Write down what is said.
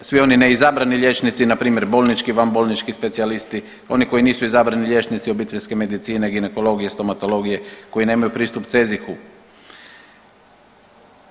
Svi oni neizabrani liječnici na primjer bolnički, vanbolnički specijalisti, oni koji nisu izabrani liječnici obiteljske medicine, ginekologije, stomatologije, koji nemaju pristup CEZIH-u.